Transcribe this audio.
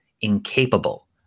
incapable